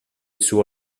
suo